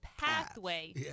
pathway